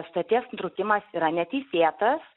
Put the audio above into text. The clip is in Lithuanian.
sutarties nutraukimas yra neteisėtas